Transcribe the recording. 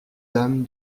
dame